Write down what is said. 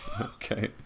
okay